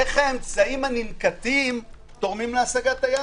איך האמצעים הקיימים תורמים להשגתו?